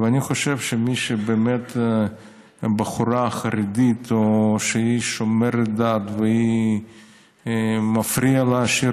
אני חושב שמי שהיא באמת בחורה חרדית או שהיא שומרת דת והשירות מפריע לה,